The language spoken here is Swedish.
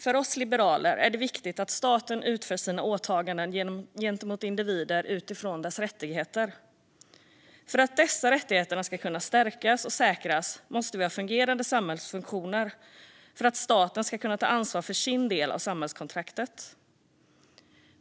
För oss liberaler är det viktigt att staten utför sina åtaganden gentemot individer utifrån deras rättigheter. För att dessa rättigheter ska kunna säkras måste vi ha fungerande samhällsfunktioner för att staten ska kunna ta ansvar för sin del av samhällskontraktet.